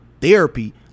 therapy